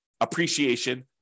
appreciation